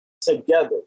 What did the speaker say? together